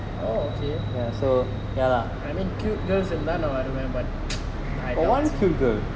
oh okay I mean cute girls and none of them I remember but I doubt so